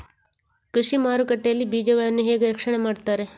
ಕೃಷಿ ಮಾರುಕಟ್ಟೆ ಯಲ್ಲಿ ಬೀಜಗಳನ್ನು ಹೇಗೆ ರಕ್ಷಣೆ ಮಾಡ್ತಾರೆ?